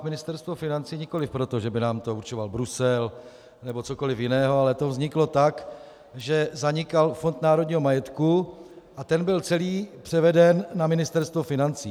Ministerstvo financí nikoliv proto, že by nám to určoval Brusel nebo cokoliv jiného, ale to vzniklo tak, že zanikal Fond národního majetku a ten byl celý převeden na Ministerstvo financí.